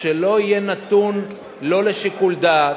שלא יהיה נתון לא לשיקול דעת,